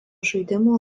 žaidimų